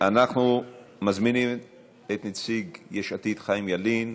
אנחנו מזמינים את נציג יש עתיד, חיים ילין,